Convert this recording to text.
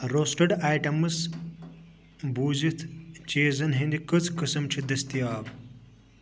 roasted items بوٗزِتھ چیٖزَن ہِنٛدِ کٔژ قٕسٕم چھِ دٔستِیاب